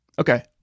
Okay